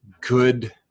good